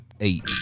eight